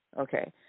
okay